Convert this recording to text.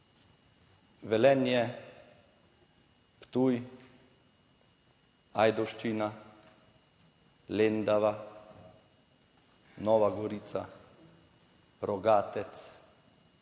Velenje, Ptuj, Ajdovščina, Lendava, Nova Gorica, Rogatec,